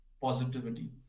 positivity